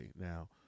Now